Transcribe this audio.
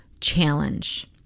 challenge